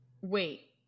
wait